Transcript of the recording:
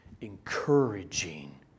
encouraging